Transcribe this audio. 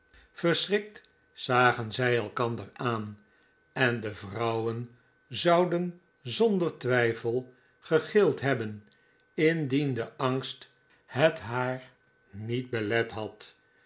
verschrikt zagen zij elkander aan en de vrouwen zouden zonder twijfel gegild hebben indien de angst het haar niet belet had